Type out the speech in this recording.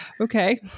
okay